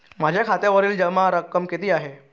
माझ्या खात्यावरील जमा रक्कम किती आहे?